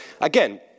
again